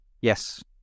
Yes